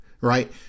right